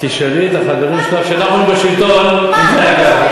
תשאלי את החברים שלך אם כשאנחנו בשלטון זה היה כך.